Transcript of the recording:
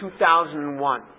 2001